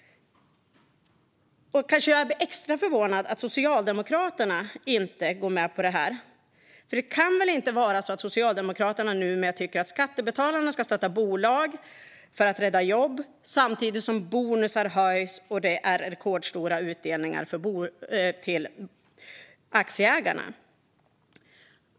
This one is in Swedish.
Kanske är jag extra förvånad över att Socialdemokraterna inte går med på det här. Det kan väl inte vara så att Socialdemokraterna numera tycker att skattebetalarna för att rädda jobb ska stötta bolag samtidigt som bonusar höjs och det delas ut rekordstora utdelningar till aktieägarna?